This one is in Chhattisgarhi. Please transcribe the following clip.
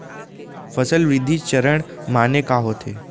फसल वृद्धि चरण माने का होथे?